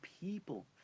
people